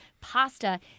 pasta